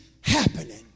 happening